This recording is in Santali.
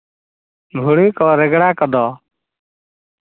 ᱜᱷᱩᱲᱤ ᱠᱚ ᱨᱮᱸᱜᱽᱲᱟ ᱠᱚᱫᱚ